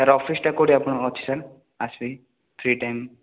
sir ଅଫିସଟା କେଉଁଠି ଆପଣଙ୍କ ଅଛି ସାର୍ ଆସିବି ଫ୍ରୀ ଟାଇମ୍